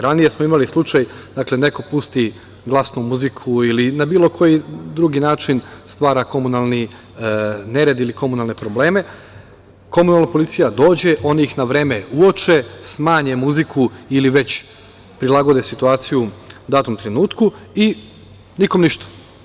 Ranije smo imali slučaj da neko pusti glasnu muziku ili na bilo koji drugi način stvara komunalni nered ili komunalne probleme, komunalna policija dođe, oni ih na vreme uoče, smanje muziku ili već prilagode situaciju datom trenutku i nikome ništa.